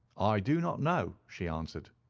i do not know she answered.